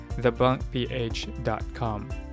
TheBunkPh.com